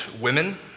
women